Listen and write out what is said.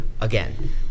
again